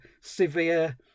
severe